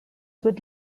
would